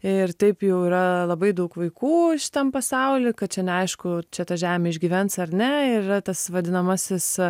ir taip jau yra labai daug vaikų šitam pasauly kad čia neaišku čia ta žemė išgyvens ar ne ir yra tas vadinamasis